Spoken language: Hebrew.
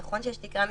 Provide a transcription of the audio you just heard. נכון שיש תקרה מספרית,